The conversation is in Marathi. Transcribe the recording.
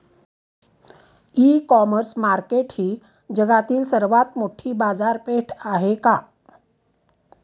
इ कॉमर्स मार्केट ही जगातील सर्वात मोठी बाजारपेठ आहे का?